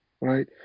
right